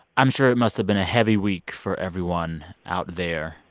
i'm sure it must have been a heavy week for everyone out there.